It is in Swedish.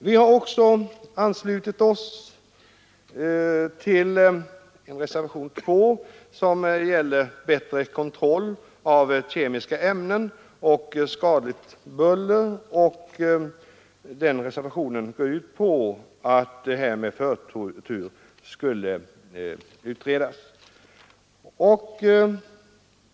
Vi har även anslutit oss till reservationen 2, som gäller bättre kontroll av kemiska ämnen och åtgärder mot skadligt buller. Reservationen går ut på att dessa frågor skall utredas med förtur. Herr talman!